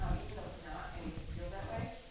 um even though it's not, i need to feel that way.